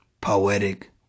Poetic